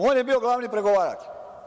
On je bio glavni pregovarač.